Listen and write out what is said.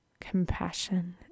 compassion